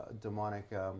demonic